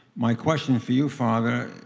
my question for you, father,